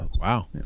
Wow